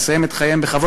לסיים את חייהם בכבוד.